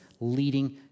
leading